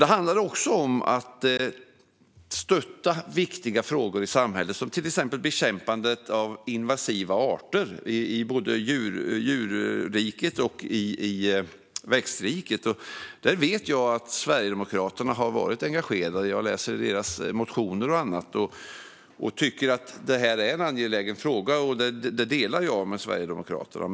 Det handlade också om att stötta viktiga frågor i samhället, till exempel bekämpandet av invasiva arter i både djurriket och växtriket. Jag läser Sverigedemokraternas motioner och annat och vet att de har varit engagerade i denna fråga och tycker att den är angelägen, och denna syn delar jag med Sverigedemokraterna.